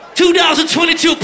2022